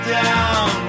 down